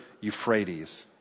Euphrates